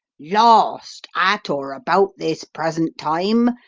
lost, at or about this present time,